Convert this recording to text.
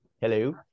hello